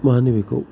मा होनो बेखौ